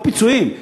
לא פיצויים,